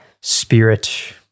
spirit